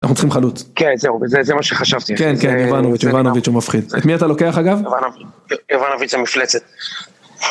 אנחנו צריכים חלוץ, כן זהו, זה מה שחשבתי, כן כן, איבנוביץ' הוא מפחיד, את מי אתה לוקח אגב? איבנוביץ' המפלצת